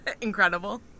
incredible